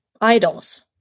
idols